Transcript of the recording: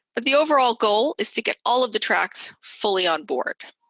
but the overall goal is to get all of the tracks fully on board.